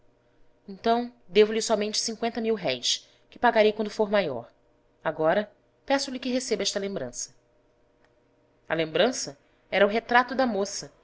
guardou-a então devo-lhe somente cinqüenta mil-réis que pagarei quando for maior agora peço-lhe que receba esta lembrança a lembrança era o retrato da moça